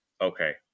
Okay